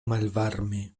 malvarme